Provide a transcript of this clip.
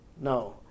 no